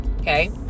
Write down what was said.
Okay